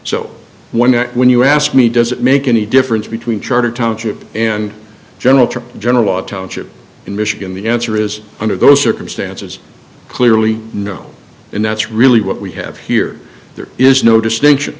wonder when you asked me does it make any difference between charter township and general general auto in michigan the answer is under those circumstances clearly no and that's really what we have here there is no distinction